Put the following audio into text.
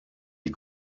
die